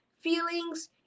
feelings